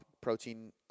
protein